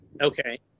Okay